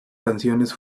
canciones